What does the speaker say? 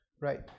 Right